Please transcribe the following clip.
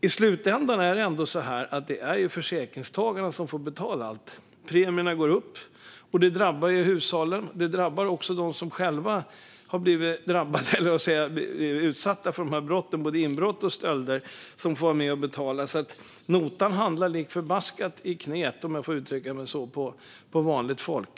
I slutändan är det försäkringstagarna som får betala allt. Premierna går upp, och det drabbar hushållen. Det drabbar också dem som själva blivit utsatta för både inbrott och stölder och som får vara med och betala. Notan hamnar lik förbaskat, om jag får uttrycka mig så, i knät på vanligt folk.